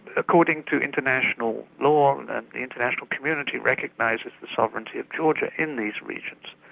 according to international law and the international community recognises the sovereignty of georgia in these regions,